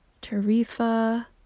Tarifa